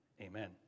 amen